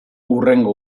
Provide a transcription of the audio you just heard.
hurrengo